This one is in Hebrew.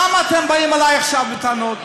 למה אתם באים אלי עכשיו בטענות?